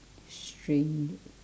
strange